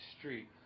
street